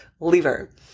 liver